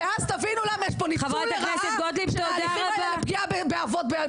ואז תבינו למה יש פה ניצול לרעה של ההליכים האלה לפגיעה באבות.